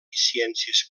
ciències